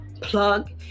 plug